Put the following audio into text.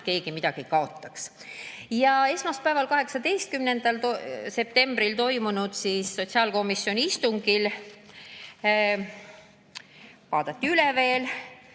keegi midagi kaotaks. Esmaspäeval, 18. septembril toimunud sotsiaalkomisjoni istungil vaadati see veel